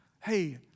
hey